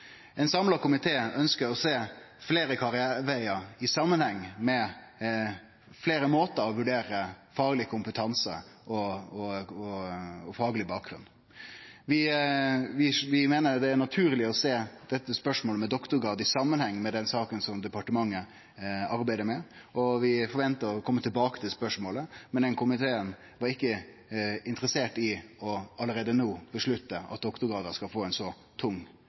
Ein samla komité ønskjer å sjå fleire karrierevegar i samanheng med fleire måtar å vurdere fagleg kompetanse og fagleg bakgrunn på. Vi meiner det er naturleg å sjå dette spørsmålet med doktorgrad i samanheng med den saka som departementet arbeider med, og vi forventar å kome tilbake til spørsmålet, men komiteen var ikkje interessert i allereie no å vedta at doktorgradar skal få ei slik tung